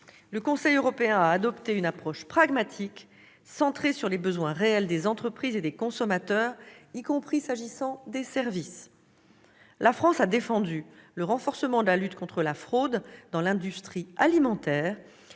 Le Conseil européen a adopté une approche pragmatique centrée sur les besoins réels des entreprises et des consommateurs, y compris s'agissant des services. La France a défendu le renforcement de la lutte contre la fraude dans l'industrie alimentaire